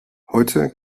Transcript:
heute